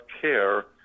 care